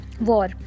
war